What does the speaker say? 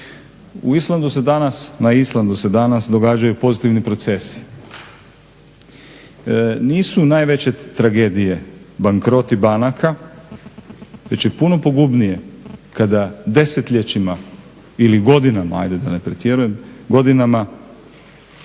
na Islandu se danas događaju pozitivni procesi. Nisu najveće tragedije bankroti banaka već je puno pogubnije kada desetljećima ili godinama, ajde da ne pretjerujem, godinama